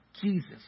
Jesus